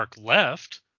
left